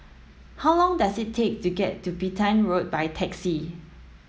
how long does it take to get to Petain Road by taxi